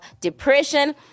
depression